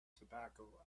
tobacco